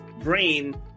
brain